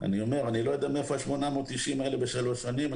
אני אומר שאני לא יודע מאיפה ה-890 האלה בשלוש שנים.